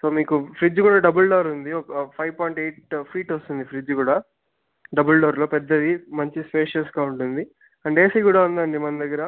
so మీకు fridge కూడా double door ఉంది ఒక ఫైవ్ పాయింట్ ఎయిట్ ఫీట్ వస్తుంది ఫ్రిజ్జు కూడా డబల్ డోర్లో పెద్దది మంచి స్పేసియస్గా ఉంటుంది అండ్ ఏసీ కూడా ఉందండి మన దగ్గర